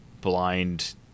blind